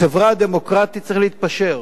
בחברה דמוקרטית צריך להתפשר,